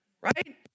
right